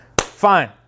fine